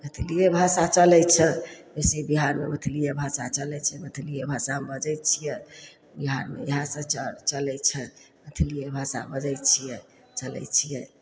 मैथिलिए भाषा चलै छै बेसी बिहारमे मैथिलिए भाषा चलै छै मैथिलिए भाषा हम बजै छियै बिहारमे इएहसभ च चलै छै मैथिलिए भाषा बजै छियै चलै छियै